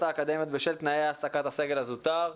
האקדמיות בשל תנאי העסקת הסגל הזוטר".